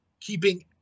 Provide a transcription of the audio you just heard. keeping